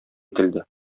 ителде